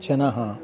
जनः